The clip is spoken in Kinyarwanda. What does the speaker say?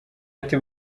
ati